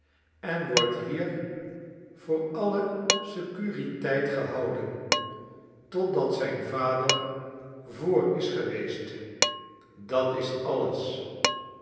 en wordt hier voor alle securiteit gehouden totdat zijn vader voor is geweest dat s alles